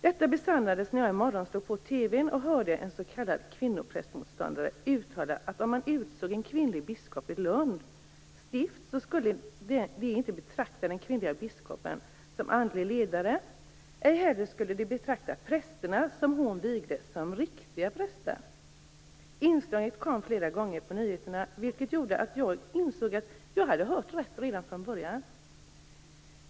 Detta besannades när jag en morgon slog på TV:n och hörde en s.k. kvinnoprästmotståndare uttala att om man utsåg en kvinnlig biskop i Lunds stift skulle kvinnoprästmotståndare inte betrakta den kvinnliga biskopen som andlig ledare. Ej heller skulle de betrakta prästerna som hon vigde som riktiga präster. Inslaget kom flera gånger på nyheterna, vilket gjorde att jag insåg att jag hade hört rätt redan från början.